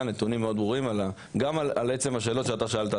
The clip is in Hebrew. נתונים מאוד ברורים גם על עצם השאלות שאתה שאלת,